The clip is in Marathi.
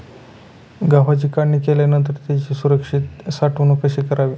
गव्हाची काढणी केल्यानंतर त्याची सुरक्षित साठवणूक कशी करावी?